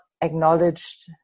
acknowledged